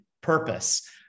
purpose